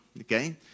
okay